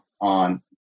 on